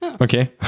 okay